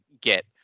get